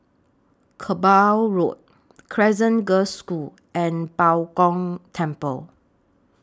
Kerbau Road Crescent Girls' School and Bao Gong Temple